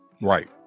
Right